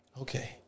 Okay